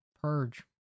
purge